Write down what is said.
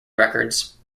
records